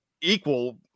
equal